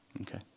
Okay